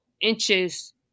inches